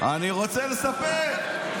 אני רוצה לספר.